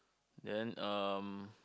then um